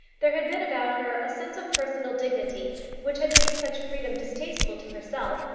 there had been about her a sense of personal dignity which had made such freedom distasteful to herself,